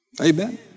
Amen